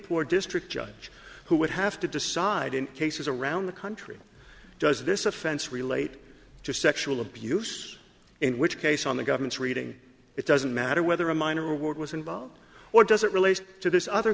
poor district judge who would have to decide in cases around the country does this offense relate to sexual abuse in which case on the government's reading it doesn't matter whether a minor award was involved or doesn't relate to this other